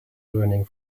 learning